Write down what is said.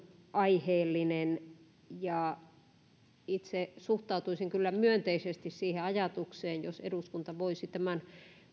aiheellisia itse suhtautuisin kyllä myönteisesti siihen ajatukseen jos eduskunta voisi tämän